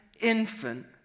infant